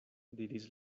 diris